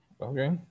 Okay